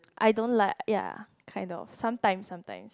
I don't like ya kind of sometimes sometimes